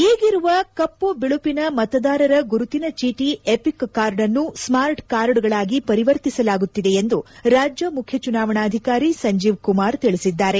ಈಗಿರುವ ಕಪ್ಪು ಬಿಳುಪಿನ ಮತದಾರರ ಗುರುತಿನ ಚೀಟಿ ಎಪಿಕ್ ಕಾರ್ಡ್ ಅನ್ನು ಸ್ಮಾರ್ಟ್ ಕಾರ್ಡ್ಗಳಾಗಿ ಪರಿವರ್ತಿಸಲಾಗುತ್ತಿದೆ ಎಂದು ರಾಜ್ಯ ಮುಖ್ಯ ಚುನಾವಣಾಧಿಕಾರಿ ಸಂಜೀವ್ ಕುಮಾರ್ ತಿಳಿಸಿದ್ದಾರೆ